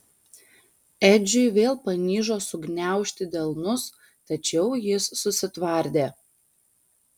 edžiui vėl panižo sugniaužti delnus tačiau jis susitvardė